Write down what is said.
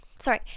sorry